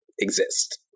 exist